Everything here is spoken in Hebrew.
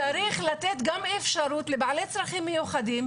צריך לתת גם אפשרות לבעלי צרכים מיוחדים,